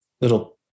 little